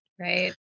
Right